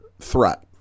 threat